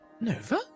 Nova